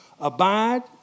abide